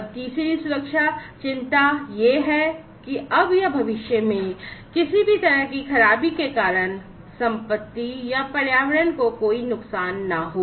और तीसरी सुरक्षा चिंता यह है कि अब या भविष्य में किसी भी तरह की खराबी के कारण संपत्ति या पर्यावरण को कोई नुकसान न हो